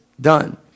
done